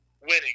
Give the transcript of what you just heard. winning